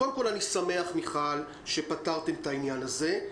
אני שמח, מיכל, שפתרתם את העניין הזה.